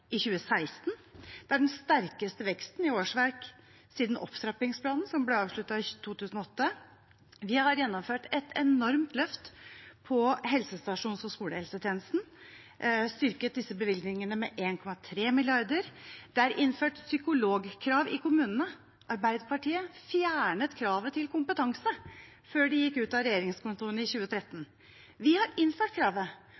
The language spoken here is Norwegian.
i 2016. Det er den sterkeste veksten i årsverk siden opptrappingsplanen som ble avsluttet i 2008. Vi har gjennomført et enormt løft på helsestasjons- og skolehelsetjenesten og styrket disse bevilgningene med 1,3 mrd. kr. Det er innført psykologkrav i kommunene. Arbeiderpartiet fjernet kravet til kompetanse før de gikk ut av regjeringskontorene i